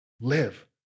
live